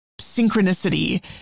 synchronicity